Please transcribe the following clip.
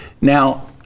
now